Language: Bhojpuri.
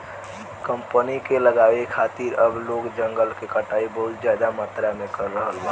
कंपनी के लगावे खातिर अब लोग जंगल के कटाई बहुत ज्यादा मात्रा में कर रहल बा